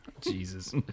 Jesus